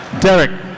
Derek